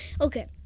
Okay